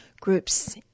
groups